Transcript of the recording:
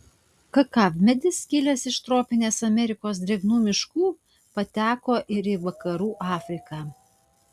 kakavmedis kilęs iš tropinės amerikos drėgnų miškų pateko ir į vakarų afriką